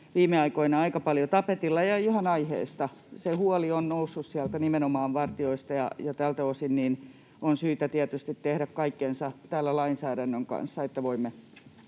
viime aikoina aika paljon tapetilla ja ihan aiheesta. Se huoli on noussut nimenomaan sieltä vartijoista, ja tältä osin on syytä tietysti tehdä kaikkensa täällä lainsäädännön kanssa, että voimme